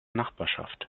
nachbarschaft